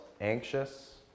anxious